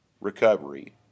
recovery